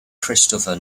christopher